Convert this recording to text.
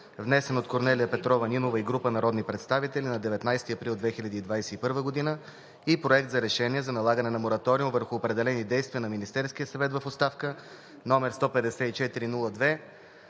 внесен от Корнелия Петрова Нинова и група народни представители на 19 април 2021 г. и Проект на решение за налагане на мораториум върху определени действия на Министерския съвет в оставка, № 154-02-14,